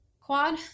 quad